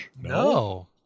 No